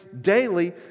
daily